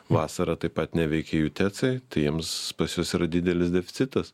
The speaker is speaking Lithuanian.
vasarą taip pat neveikia jų tecai tai jiems pas juos yra didelis deficitas